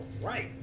right